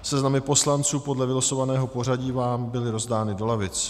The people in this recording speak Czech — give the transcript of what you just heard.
Seznamy poslanců podle vylosovaného pořadí vám byly rozdány do lavic.